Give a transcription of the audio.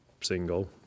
single